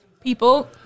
people